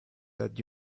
that